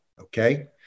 Okay